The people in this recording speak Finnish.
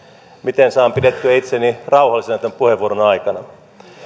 miten saan pidettyä itseni rauhallisena tämän puheenvuoron aikana